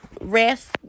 rest